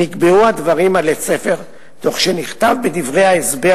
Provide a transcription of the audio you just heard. נקבעו הדברים עלי ספר תוך שנכתב בדברי ההסבר